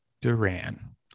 Duran